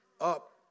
up